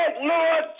Lord